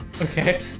Okay